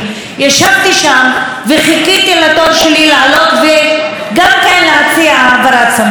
ישבתי שם וחיכיתי לתור שלי לעלות וגם כן להציע העברת סמכויות: